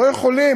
לא יכולים.